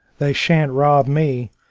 they shan't rob me!